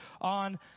on